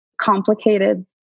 complicated